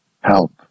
Help